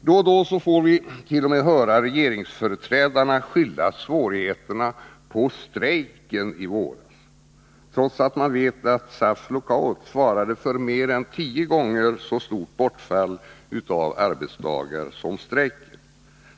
Då och då får vit.o.m. höra regeringsföreträdare skylla svårigheterna på ”strejken” i våras, trots att man vet att SAF:s lockout svarade för mer än tio gånger så stort bortfall av arbetsdagar som strejken,